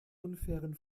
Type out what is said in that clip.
unfairen